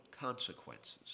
consequences